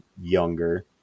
younger